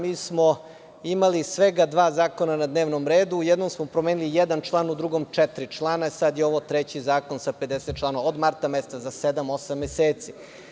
Mi smo imali svega dva zakona na dnevnom redu, u jednom smo promenili jedan član, u drugom četiri člana, sada je ovo treći zakon sa 50 članova od marta meseca, za sedam, osam meseci.